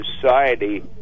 society